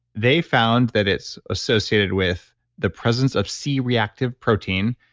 they found that it's associated with the presence of c reactive protein,